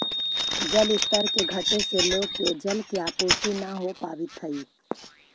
जलस्तर के घटे से लोग के जल के आपूर्ति न हो पावित हई